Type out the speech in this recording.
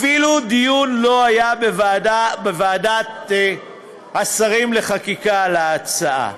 אפילו דיון לא היה בוועדת השרים לחקיקה על ההצעה.